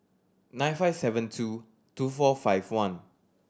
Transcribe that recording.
nine five seven two two four five one